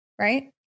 right